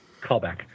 callback